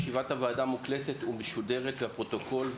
ישיבת הוועדה מוקלטת ומשודרת לפרוטוקול,